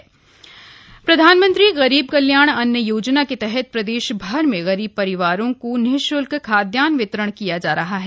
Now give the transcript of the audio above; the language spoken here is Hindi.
प्रधानमंत्री गरीब कल्याण अन्न योजना प्रधानमंत्री गरीब कल्याण अन्न योजना के तहत देश भर में गरीब परिवारों को निशुल्क खाद्यान्न वितरण किया जा रहा है